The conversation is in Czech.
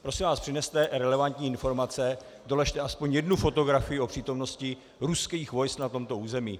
Prosím vás, přineste relevantní informace, doložte aspoň jednu fotografii o přítomnosti ruských vojsk na tomto území.